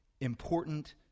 Important